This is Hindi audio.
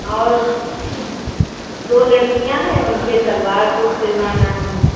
और दो लड़कियाँ हैं उनके सलवार सूट सिलवाना हैं